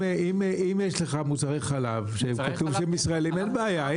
אם יש לך מוצרי חלב שכתוב שהם ישראליים, אין בעיה.